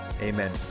amen